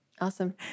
Awesome